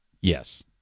Yes